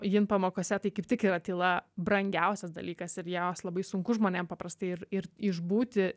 jin pamokose tai kaip tik yra tyla brangiausias dalykas ir jos labai sunku žmonėm paprastai ir ir išbūti